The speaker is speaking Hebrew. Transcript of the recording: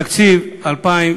בתקציב 2013